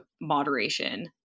moderation